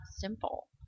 simple